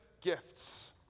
gifts